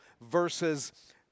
versus